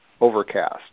overcast